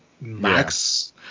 max